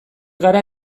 gara